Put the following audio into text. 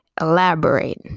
elaborate